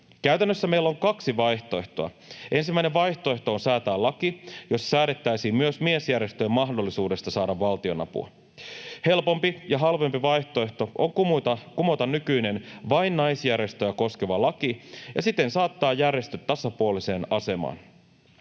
Käytännössä meillä on kaksi vaihtoehtoa. Ensimmäinen vaihtoehto on säätää laki, jossa säädettäisiin myös miesjärjestöjen mahdollisuudesta saada valtionapua. Helpompi ja halvempi vaihtoehto on kumota nykyinen vain naisjärjestöjä koskeva laki ja siten saattaa järjestöt tasapuoliseen asemaan.